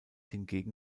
hingegen